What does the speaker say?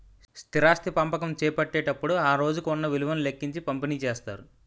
స్థిరాస్తి పంపకం చేపట్టేటప్పుడు ఆ రోజుకు ఉన్న విలువను లెక్కించి పంపిణీ చేస్తారు